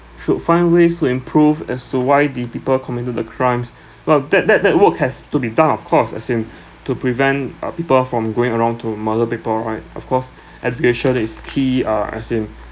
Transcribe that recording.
should find ways to improve as to why the people committed the crimes but that that that work has to be done of course as in to prevent uh people from going around to murder people right of course education is key uh as in